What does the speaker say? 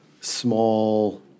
small